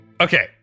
Okay